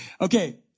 Okay